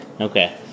Okay